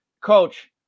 Coach